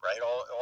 right